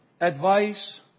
advice